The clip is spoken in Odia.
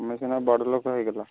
ତମେ ସିନା ବଡ଼୍ ଲୋକ ହେଇଗଲ